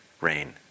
rain